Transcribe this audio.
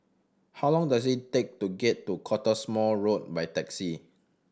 how long does it take to get to Cottesmore Road by taxi